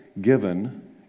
given